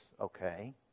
okay